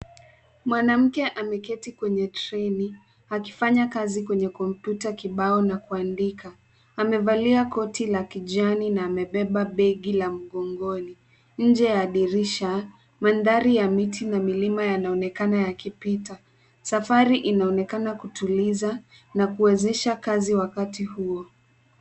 Mwanamke ameketi kwenye treni akifanya kazi kwenye kompyuta kibao na kuandika. Amevalia koti la kijani na amebeba begi la mgongoni. Nje ya dirisha mandhari ya miti na milima yanaonekana yakipita. Safari inaonekana kutuliza na kuwezesha kazi wakati huo.